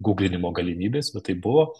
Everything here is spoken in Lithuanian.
guglinimo galimybės bet tai buvo